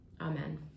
Amen